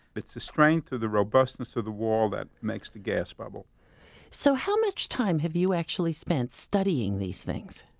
it's the strength or the robustness of the wall that makes the gas bubble so how much time have you actually spent studying these things?